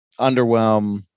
underwhelm